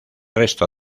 resto